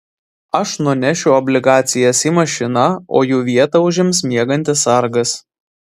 aš nunešiu obligacijas į mašiną o jų vietą užims miegantis sargas